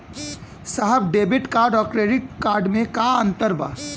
साहब debit card और credit card में का अंतर बा?